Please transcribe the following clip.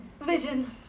Vision